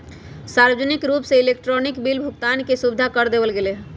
सार्वजनिक रूप से इलेक्ट्रॉनिक बिल भुगतान के सुविधा कर देवल गैले है